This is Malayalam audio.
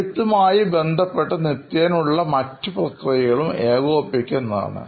എഴുത്തുമായി ബന്ധപ്പെട്ട് നിത്യേന ഉള്ള മറ്റു പ്രക്രിയകളും ഏകോപിപ്പിക്കുക എന്നതാണ്